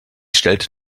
stellt